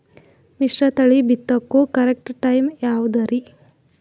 ಮಿಶ್ರತಳಿ ಬಿತ್ತಕು correct time ಯಾವುದರಿ?